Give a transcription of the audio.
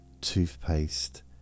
toothpaste